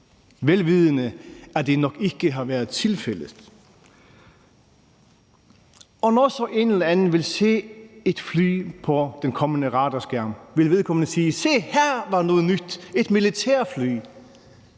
vel vidende at det nok ikke har været tilfældet. Når så en eller anden vil se et fly på den kommende radarskærm, vil vedkommende sige: Se, her er der noget nyt, et militærfly.